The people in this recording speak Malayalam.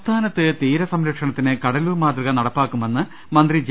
സംസ്ഥാനത്ത് തീരസംരക്ഷണത്തിന് കടലൂർ മാതൃക നടപ്പാക്കു മെന്ന് മന്ത്രി ജെ